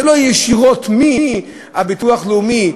זה לא ישירות מהביטוח הלאומי,